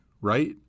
right